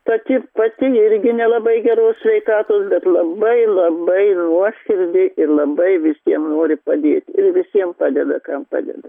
pati pati irgi nelabai geros sveikatos bet labai labai nuoširdi ir labai visiem nori padėti ir visiem padeda kam padeda